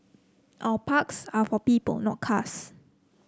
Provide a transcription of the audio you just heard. our parks are for people not cars